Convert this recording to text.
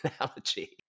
analogy